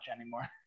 anymore